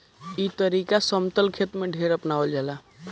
ई तरीका समतल खेत में ढेर अपनावल जाला